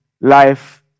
life